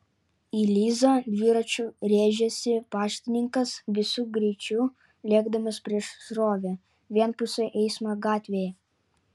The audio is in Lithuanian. į lizą dviračiu rėžėsi paštininkas visu greičiu lėkdamas prieš srovę vienpusio eismo gatvėje